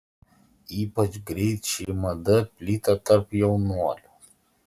ypač greit ši mada plito tarp jaunuolių